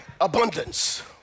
Abundance